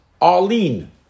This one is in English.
Arlene